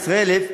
15,000,